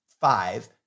five